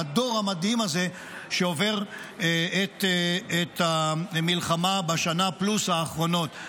הדור המדהים הזה שעובר את המלחמה בשנה פלוס האחרונות.